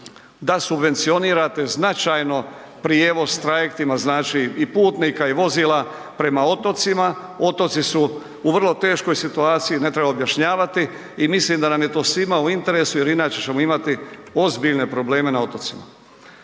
da subvencionirate značajno prijevoz trajektima, znači i putnika i vozila prema otocima. Otoci su u vrlo teškoj situaciji, ne treba objašnjavati i mislim da nam je to svima u interesu jer inače ćemo imati ozbiljne probleme na otocima.